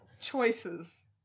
Choices